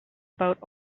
about